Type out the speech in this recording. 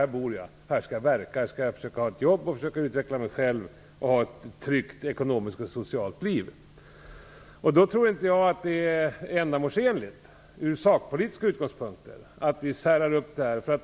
Här skall jag verka och här skall jag försöka få ett jobb, försöka utveckla mig själv och ha ett tryggt ekonomiskt och socialt liv. Jag tror då inte att det är ändamålsenligt, från sakpolitiska utgångspunkter, att vi delar upp det här.